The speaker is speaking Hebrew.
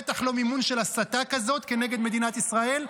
בטח לא מיון של הסתה כזאת כנגד מדינת ישראל,